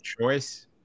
choice